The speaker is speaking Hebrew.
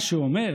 מה שאומר